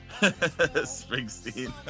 Springsteen